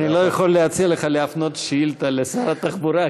אני לא יכול להציע לך להפנות שאילתה לשר התחבורה,